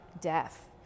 death